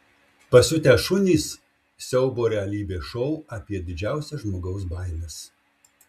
pasiutę šunys siaubo realybės šou apie didžiausias žmogaus baimes